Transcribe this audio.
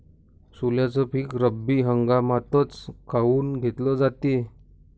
सोल्याचं पीक रब्बी हंगामातच काऊन घेतलं जाते?